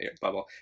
bubble